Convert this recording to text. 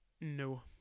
No